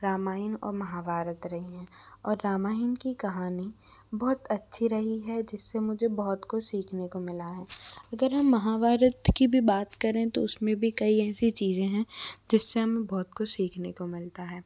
रामायण और महाभारत रही हैं और रामायण की कहानी बहुत अच्छी रही है जिससे मुझे बहुत कुछ सीखने को मिला है अगर हम महाभारत की भी बात करें तो उसमें भी कई ऐसी चीज़ें हैं जिससे हमें बहुत कुछ सीखने को मिलता है